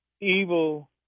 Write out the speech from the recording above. Evil